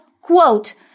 quote